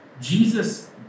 Jesus